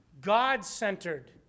God-centered